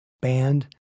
band